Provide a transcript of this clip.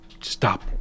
stop